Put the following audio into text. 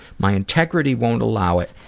my integrity won't allow it